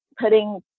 putting